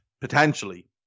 potentially